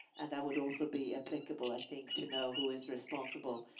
and i would also be applicable, i think, to know who is responsible.